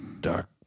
dark